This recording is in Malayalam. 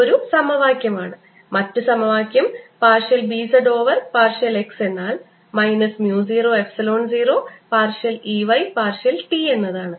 അത് ഒരു സമവാക്യമാണ് മറ്റ് സമവാക്യം partial B z over partial x എന്നാൽ minus mu 0 epsilon 0 partial E y partial t എന്നതാണ്